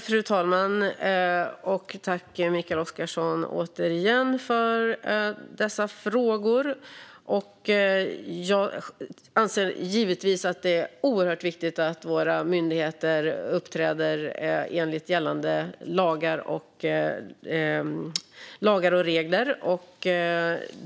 Fru talman! Tack för dessa frågor, Mikael Oscarsson! Jag anser givetvis att det är oerhört viktigt att våra myndigheter uppträder enligt gällande lagar och regler.